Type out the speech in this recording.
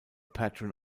patron